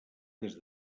des